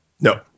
No